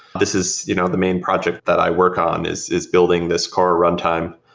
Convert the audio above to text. this is you know the main project that i work on, is is building this core runtime.